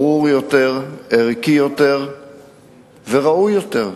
ברור יותר, ערכי יותר וראוי יותר לקיום.